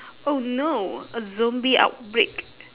oh no a zombie outbreak